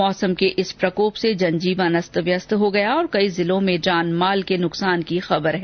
मौसम के इस प्रकोप से जनजीवन अस्तव्यस्त हो गया और कई जिलों में जानमाल के नुकसान की खबर है